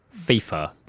FIFA